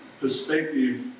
perspective